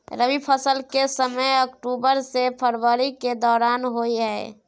रबी फसल के समय अक्टूबर से फरवरी के दौरान होय हय